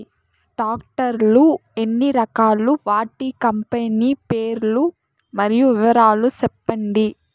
Tractor లు ఎన్ని రకాలు? వాటి కంపెని పేర్లు మరియు వివరాలు సెప్పండి?